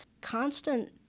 constant